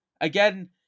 again